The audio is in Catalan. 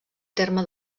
terme